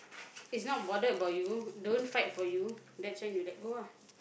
is not bothered about you don't fight for you that's when you let go ah